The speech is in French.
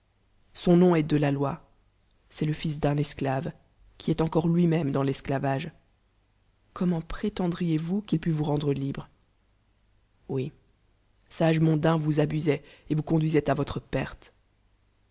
son nom est de ia loi c'est le fils d'un esclave qui est encore lui'm dle dans l'esclavage comment prétendriez-vous qu'il pût vous rendre libre oui sage mondain vous abusca et vous conduisoi ii voire perte